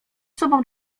sobą